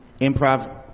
improv